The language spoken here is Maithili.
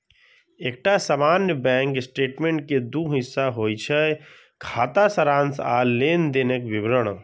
एकटा सामान्य बैंक स्टेटमेंट के दू हिस्सा होइ छै, खाता सारांश आ लेनदेनक विवरण